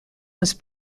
was